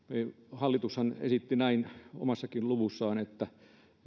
hallitushan esitti näin omassakin luvussaan että